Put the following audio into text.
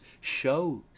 shows